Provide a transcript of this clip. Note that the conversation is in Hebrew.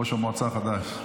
ראש המועצה חדש.